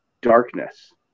darkness